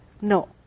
No